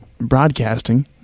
broadcasting